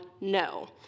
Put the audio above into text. no